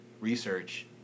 research